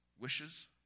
wishes